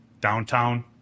downtown